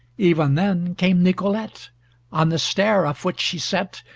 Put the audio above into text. even then came nicolete on the stair a foot she set,